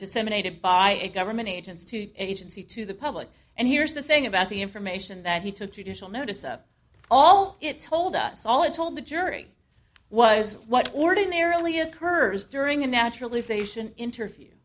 disseminated by a government agency to agency to the public and here's the thing about the information that he took judicial notice of all it told us all it told the jury was what ordinarily occurs during a naturally sation interview